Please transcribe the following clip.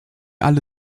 alle